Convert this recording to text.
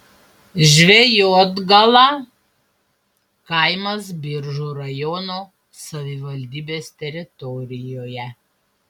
žvejotgala kaimas biržų rajono savivaldybės teritorijoje